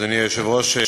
אדוני היושב-ראש,